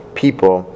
people